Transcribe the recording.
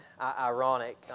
ironic